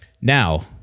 Now